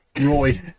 Roy